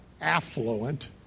affluent